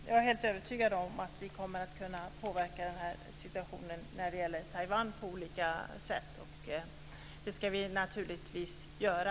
Jag är helt övertygad om att vi kommer att kunna påverka situationen när det gäller Taiwan på olika sätt, och det ska vi naturligtvis göra.